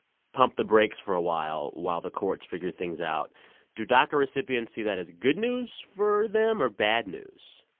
pump the brakes for a while while the courts figure things out do daca recipients see that as good news for them or bad news?